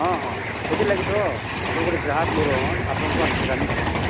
ହଁ ହଁ ସେଥିର୍ଲାଗି ତ ଆପଣ୍ ଗୋଟେ ଗ୍ରାହକ୍ ମୋର ହଉନ୍ ଆପଣଙ୍କୁ ଆର୍ ଫେରାମି କେଁ